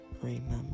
remember